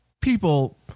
people